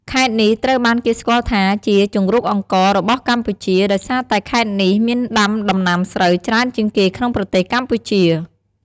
ខេត្តនេះត្រូវបានគេស្គាល់ថាជា ជង្រុកអង្ករ របស់កម្ពុជា ដោយសារតែខេត្តនេះមានការដាំដំណាំស្រូវច្រើនជាងគេក្នុងប្រទេសកម្ពុជា។